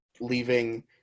leaving